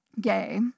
gay